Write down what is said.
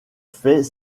fait